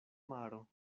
maro